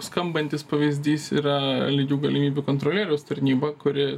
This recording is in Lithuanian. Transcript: skambantis pavyzdys yra lygių galimybių kontrolieriaus tarnyba kuri